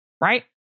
right